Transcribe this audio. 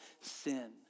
sin